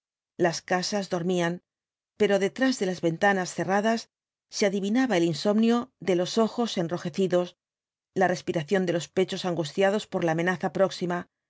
las casas dormían pero detrás de las ventanas cerradas se adivinaba ellnsomnio de los ojos enrojecidos la respiración de los pechos angustiados por la amenaza próxima